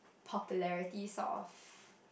popularities of